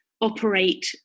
operate